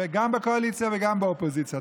גם בקואליציה וגם באופוזיציה.